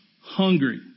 hungry